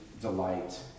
delight